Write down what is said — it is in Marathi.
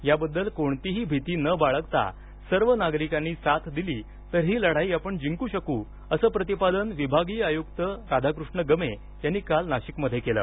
याबद्दल कोणती ही भीती न बाळगता सर्व नागरिकांनी साथ दिली तर ही लढाई आपण जिंकू शकू असं प्रतिपादन विभागीय आयुक्त राधाकृष्ण गमे यांनी काल नाशिकमध्ये केलं